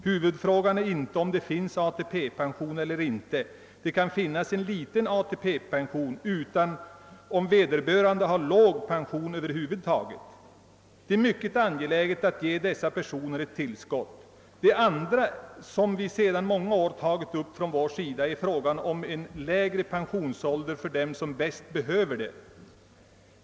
Huvudfrågan är inte, om det finns ATP-pension eller inte — det kan finnas en liten ATP-pension — utan om vederbörande har låg pension över huvud taget. Det är mycket angeläget att ge dessa personer . ett tillskott. Det andra som vi sedan många år tagit upp från vår sida är frågan om en lägre pensionsålder för dem som bäst behöver det.